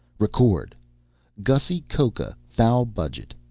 record gussy coca thou budget.